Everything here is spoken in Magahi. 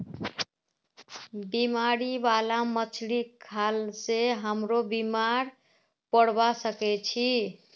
बीमारी बाला मछली खाल से हमरो बीमार पोरवा सके छि